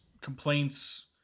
complaints